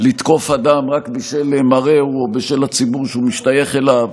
לתקוף אדם רק בשל מראהו או בשל הציבור שהוא משתייך אליו.